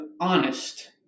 honest